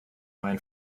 line